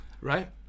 right